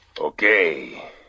Okay